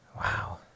Wow